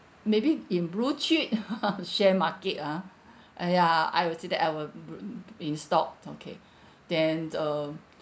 maybe in blue-chip share market ah !aiya! I will say that I will br~ in stock okay then uh